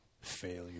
Failure